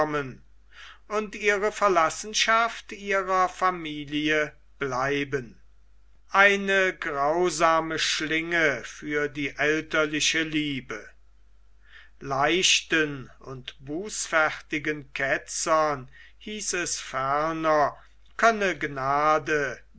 und ihre verlassenschaft ihrer familie bleiben eine grausame schlinge für die elterliche liebe leichten und bußfertigen ketzern hieß es ferner könne gnade